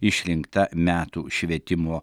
išrinkta metų švietimo